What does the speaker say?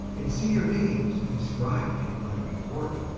and see your names inscribed in my report.